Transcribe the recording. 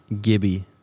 Gibby